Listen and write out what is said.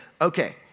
okay